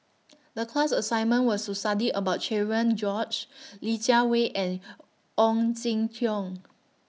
The class assignment was to study about Cherian George Li Jiawei and Ong Jin Teong